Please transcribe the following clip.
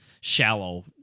shallow